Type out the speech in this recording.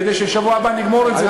כדי שבשבוע הבא נגמור עם זה באמת,